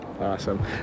Awesome